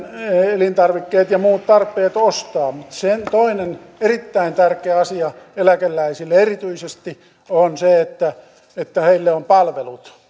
elintarvikkeet ja muut tarpeet ostaa mutta toinen erittäin tärkeä asia erityisesti eläkeläisille on se että että heille on palvelut